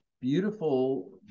beautiful